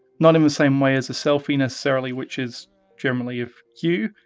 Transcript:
not in the same way as a selfie necessarily, which is generally of you.